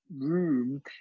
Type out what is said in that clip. room